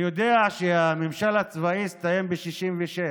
אני יודע שהממשל הצבאי הסתיים ב-1966,